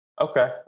Okay